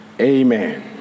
Amen